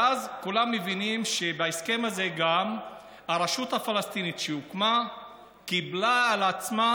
ואז כולם מבינים שבהסכם הזה גם הרשות הפלסטינית שהוקמה קיבלה על עצמה